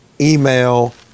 email